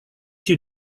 you